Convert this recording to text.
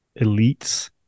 elites